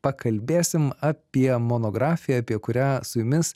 pakalbėsim apie monografiją apie kurią su jumis